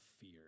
fear